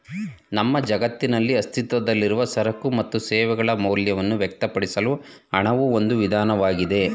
ನಮ್ಮ ಜಗತ್ತಿನಲ್ಲಿ ಅಸ್ತಿತ್ವದಲ್ಲಿರುವ ಸರಕು ಮತ್ತು ಸೇವೆಗಳ ಮೌಲ್ಯವನ್ನ ವ್ಯಕ್ತಪಡಿಸಲು ಹಣವು ಒಂದು ವಿಧಾನವಾಗಿದೆ